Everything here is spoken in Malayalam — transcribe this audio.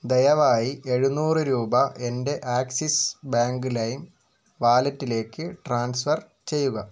ദയവായി എഴുന്നൂറ് രൂപ എൻ്റെ ആക്സിസ് ബാങ്ക് ലൈം വാലറ്റിലേക്ക് ട്രാൻസ്ഫർ ചെയ്യുക